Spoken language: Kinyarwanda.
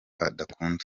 adakunda